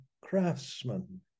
craftsman